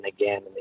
again